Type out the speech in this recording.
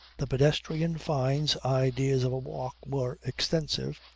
the pedestrian fyne's ideas of a walk were extensive,